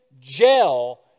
jail